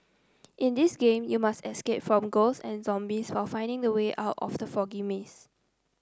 in this game you must escape from ghost and zombies while finding the way out of the foggy maze